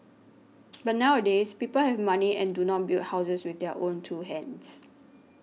but nowadays people have money and do not build houses with their own two hands